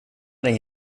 dig